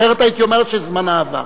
אחרת הייתי אומר שזמנה עבר.